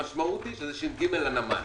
המשמעות היא שזה ש"ג הנמל.